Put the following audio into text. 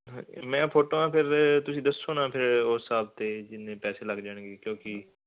ਹਾਂਜੀ ਮੈਂ ਫੋਟੋਆਂ ਫਿਰ ਤੁਸੀਂ ਦੱਸੋ ਨਾ ਫਿਰ ਉਸ ਹਿਸਾਬ 'ਤੇ ਜਿੰਨੇ ਪੈਸੇ ਲੱਗ ਜਾਣਗੇ ਕਿਉਂਕਿ